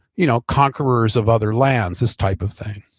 you know conquerors of other lands, this type of thing